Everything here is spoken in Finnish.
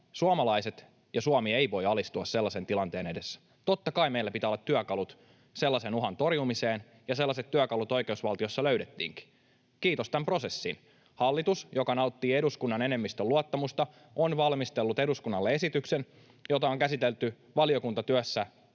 Suomalaiset ja Suomi eivät voi alistua sellaisen tilanteen edessä. Totta kai meillä pitää olla työkalut sellaisen uhan torjumiseen, ja sellaiset työkalut oikeusvaltiossa löydettiinkin, kiitos tämän prosessin. Hallitus, joka nauttii eduskunnan enemmistön luottamusta, on valmistellut eduskunnalle esityksen, jota on käsitelty valiokuntatyössä